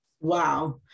Wow